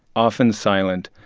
often silent,